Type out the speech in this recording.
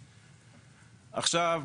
עכשיו,